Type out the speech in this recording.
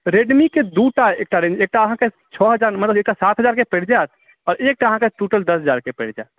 रेडमीके दू टा एकटा अहाँकेँ छओ हजार मतलब एकटा सात हजारके पड़ि जायत आओर एकटा अहाँकेँ टोटल दस हजारके पड़ि जायत